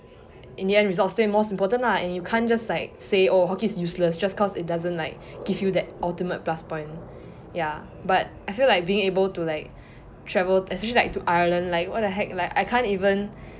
in the end results still most important lah and you can't just like say oh hockey is useless just cause it doesn't like give you the ultimate plus point ya but I feel like being able to like travel especially like to Ireland like what the heck I can't even